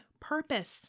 purpose